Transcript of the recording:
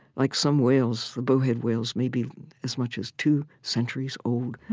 like some whales the bowhead whales may be as much as two centuries old.